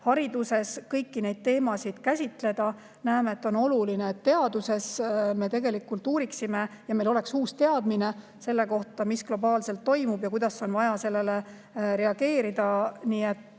hariduses kõiki neid teemasid käsitleda. Näeme, et on oluline, et me teaduses seda uuriksime ja et meil oleks uus teadmine selle kohta, mis globaalselt toimub ja kuidas on vaja sellele reageerida.